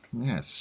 Yes